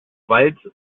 wald